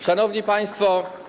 Szanowni Państwo!